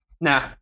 Nah